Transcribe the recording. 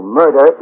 murder